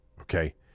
okay